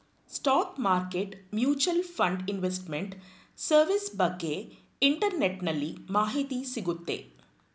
stock market mutual fund investment service ಬಗ್ಗೆ ಇಂಟರ್ನೆಟ್ಟಲ್ಲಿ ಮಾಹಿತಿ ಸಿಗುತ್ತೆ